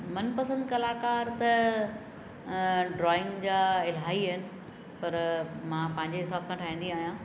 मनपसंदि कलाकार त ड्रॉइंग जा इलाही आहिनि पर मां पंहिंजे हिसाब सां ठाहींदी आहियां